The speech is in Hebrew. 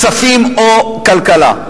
כספים או כלכלה.